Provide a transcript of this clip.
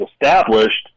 established